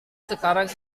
sekarang